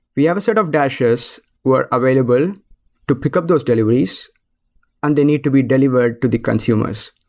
we have a set of dashes who are available to pick up those deliveries and they need to be delivered to the consumers.